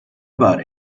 about